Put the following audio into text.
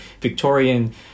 victorian